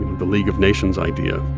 the league of nations idea,